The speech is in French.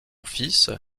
fils